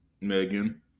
Megan